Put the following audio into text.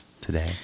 today